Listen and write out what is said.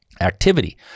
activity